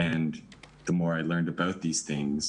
ככל שלמדתי על הדברים האלה,